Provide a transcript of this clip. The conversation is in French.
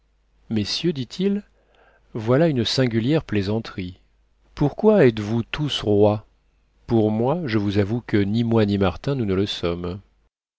messieurs dit-il voilà une singulière plaisanterie pourquoi êtes-vous tous rois pour moi je vous avoue que ni moi ni martin nous ne le sommes